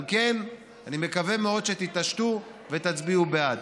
על כן, אני מקווה מאוד שתתעשתו ותצביעו בעד.